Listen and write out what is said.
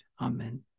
Amen